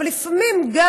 אבל לפעמים גם